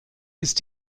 ist